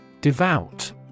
Devout